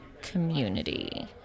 community